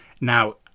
Now